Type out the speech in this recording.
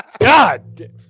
God